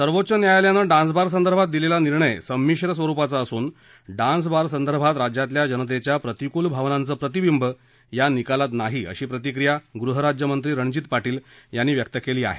सर्वोच्च न्यायालयानं डान्सबारसंदर्भात दिलेला निर्णय संमिश्र स्वरूपाचा असून डान्सबारसंदर्भात राज्यातल्या जनतेच्या प्रतिकूल भावनांचं प्रतिबिंब या निकालात नाही अशी प्रतिक्रिया गृहराज्यमंत्री रणजीत पाटील यांनी व्यक्त केली आहे